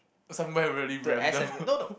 somewhere really random